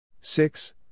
six